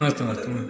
मास्तु मास्तु